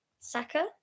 Saka